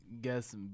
guess